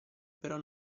però